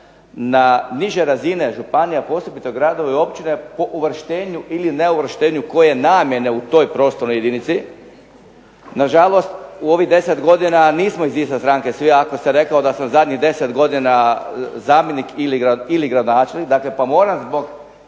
na niže razine županija, posebito gradova i općina po uvrštenju ili neuvrštenju koje namjene u toj prostornoj jedinici, nažalost u ovih 10 godina nismo iz iste stranke svi, a ako se reklo da sam zadnjih 10 godina zamjenik ili gradonačelnik dakle pa moram zbog